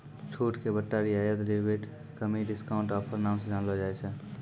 छूट के बट्टा रियायत रिबेट कमी डिस्काउंट ऑफर नाम से जानलो जाय छै